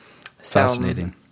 fascinating